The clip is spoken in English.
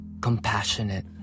compassionate